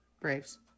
Braves